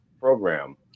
program